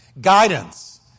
Guidance